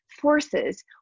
forces